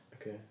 Okay